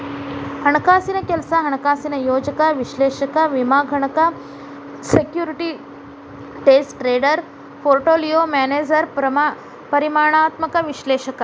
ಹಣಕಾಸಿನ್ ಕೆಲ್ಸ ಹಣಕಾಸಿನ ಯೋಜಕ ವಿಶ್ಲೇಷಕ ವಿಮಾಗಣಕ ಸೆಕ್ಯೂರಿಟೇಸ್ ಟ್ರೇಡರ್ ಪೋರ್ಟ್ಪೋಲಿಯೋ ಮ್ಯಾನೇಜರ್ ಪರಿಮಾಣಾತ್ಮಕ ವಿಶ್ಲೇಷಕ